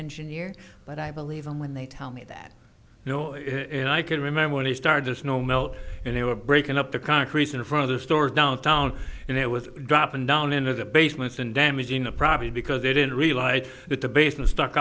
engineer but i believe them when they tell me that you know it and i can remember when they started to snow melt and they were breaking up the concrete in front of the store downtown and i was dropping down into the basement and damaging a probably because they didn't realize that the basement stuck